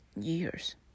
years